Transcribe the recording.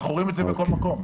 אנחנו רואים את זה בכל מקום.